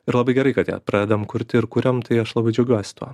ir labai gerai kad ją pradedam kurti ir kuriam tai aš labai džiaugiuosi tuo